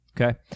Okay